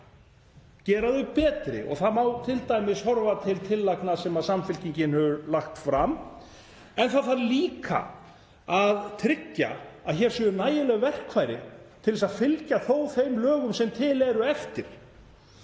gera þau betri. Það má t.d. horfa til tillagna sem Samfylkingin hefur lagt fram. En það þarf líka að tryggja að hér séu nægileg verkfæri til þess að fylgja eftir þeim lögum sem til eru.